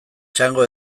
txango